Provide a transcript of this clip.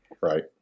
Right